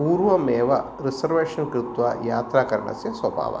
पूर्वम् एव रिसर्वेशन् कृत्वा यात्रा करणस्य स्वभावः